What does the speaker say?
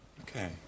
Okay